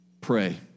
Pray